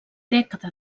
dècada